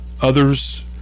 others